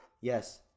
Yes